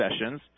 sessions